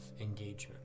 engagement